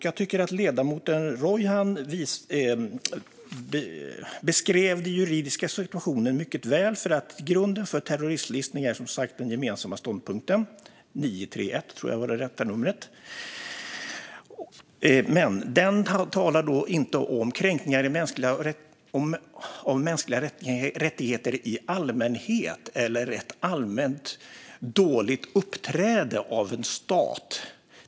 Jag tycker att ledamoten Rojhan beskrev den juridiska situationen mycket väl. Grunden för terroristlistning är som sagt den gemensamma ståndpunkten - 931 tror jag är det rätta numret. Den talar dock inte om kränkningar av mänskliga rättigheter i allmänhet eller om allmänt dåligt uppträdande av en stat.